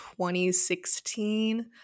2016